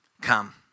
come